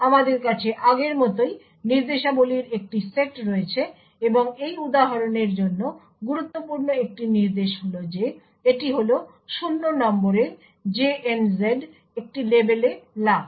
আমাদের কাছে আগের মতোই নির্দেশাবলীর একটি সেট রয়েছে এবং এই উদাহরণের জন্য গুরুত্বপূর্ণ একটি নির্দেশ হল যে এটি হল 0 নম্বরের একটি লেবেলে লাফ